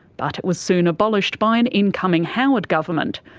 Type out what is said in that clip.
but it was soon abolished by an incoming howard government,